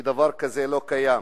כי דבר כזה לא קיים.